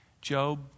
Job